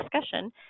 discussion